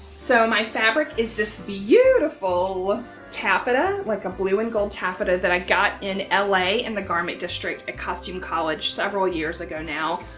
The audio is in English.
so my fabric is this beautiful taffeta like a blue and gold taffeta that i got in ah la in the garment district at costume college several years ago now